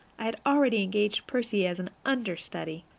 i had already engaged percy as an understudy.